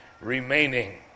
remaining